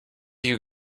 you